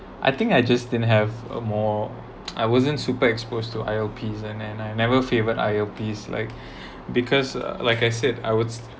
I think I just didn't have a more I wasn't super exposed to I_L_P's and then I never favourite I_L_P's like because like I said I was